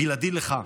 בלעדי לך,